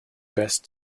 best